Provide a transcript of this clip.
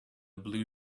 blue